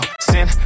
Sin